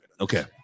okay